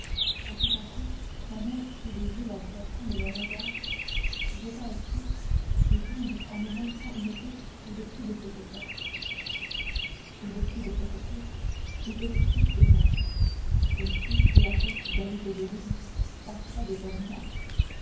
quand tout à coup ma mère suit des yeux la direction de leurs regards jette un cri et tombe en me montrant une tête au-dessus de cette porte au-dessous de cette tête étaient écrits ces mots celle-ci est la tête dali tebelin pacha de